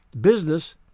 Business